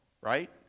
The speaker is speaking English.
Right